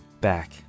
back